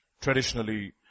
traditionally